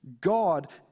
God